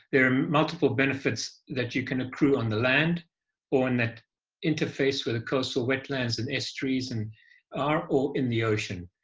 there are multiple benefits that you can accrue on the land or in that interface with the coastal wetlands and s trees and are all in the ocean.